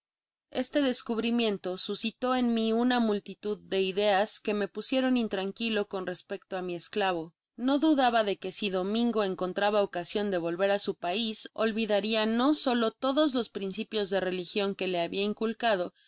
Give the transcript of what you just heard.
este descubrimiento suscitó en mi una multitud de ideas que me pusieron intranquilo con respecto á mi esclavo no dudaba de que si domingo encontraba ocasion de volver á su patria olvidaria no solo todos los principios de religion que le labia inculcado